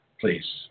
Please